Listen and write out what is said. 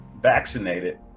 vaccinated